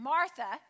Martha